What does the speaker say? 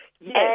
Yes